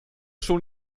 schon